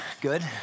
Good